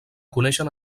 coneixen